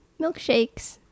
milkshakes